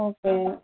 ஓகேங்க